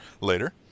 later